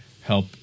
help